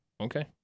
Okay